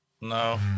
No